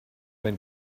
wenn